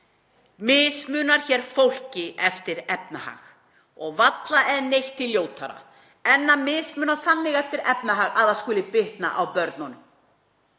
mismuna fólki eftir efnahag. Varla er neitt því ljótara en að mismuna þannig eftir efnahag að það skuli bitna á börnunum,